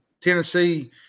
Tennessee